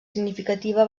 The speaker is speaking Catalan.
significativa